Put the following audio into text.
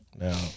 now